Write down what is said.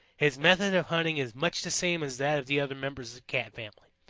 his method of hunting is much the same as that of the other members of the cat family.